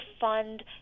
fund